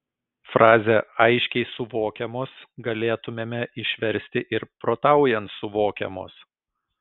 frazę aiškiai suvokiamos galėtumėme išversti ir protaujant suvokiamos